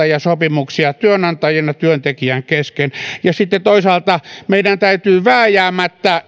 ja sopimuksia työnantajan ja työntekijän kesken ja sitten toisaalta meidän täytyy vääjäämättä